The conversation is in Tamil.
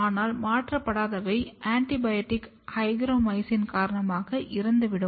ஆனால் மாற்றப்படாதவை ஆண்டிபயாடிக் ஹைக்ரோமைசின் காரணமாக இறந்துவிடும்